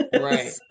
Right